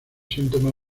síntomas